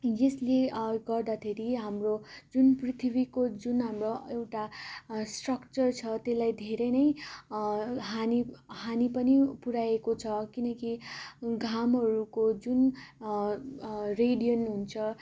तर यसले गर्दाखेरि हाम्रो जुन पृथ्वीको जुन हाम्रो एउटा स्ट्रक्चर छ त्यसलाई धेरै नै हानी हानी पनि पुर्याएको छ किनकि घामहरूको जुन रे रेडियन हुन्छ